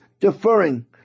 deferring